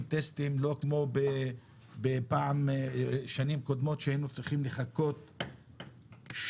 טסטים לא כמו פעם שנים קודמות שהיינו צריכים לחכות חודשים,